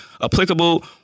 applicable